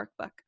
Workbook